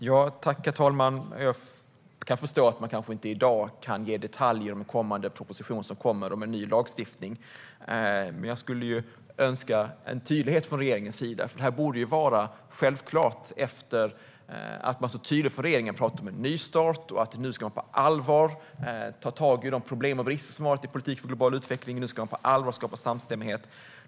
Herr talman! Jag kan förstå att man i dag inte kan ge detaljer om en kommande proposition om en ny lagstiftning, men jag skulle önska tydlighet från regeringens sida. Detta borde vara självklart efter att regeringen så tydligt har talat om en nystart och om att man nu på allvar ska ta tag i de problem och brister som har funnits i politiken för global utveckling - nu ska man på allvar skapa samstämmighet.